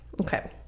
okay